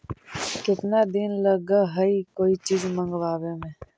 केतना दिन लगहइ कोई चीज मँगवावे में?